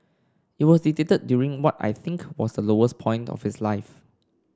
it was dictated during what I think was the lowest point of his life